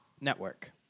Network